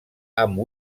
amb